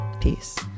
Peace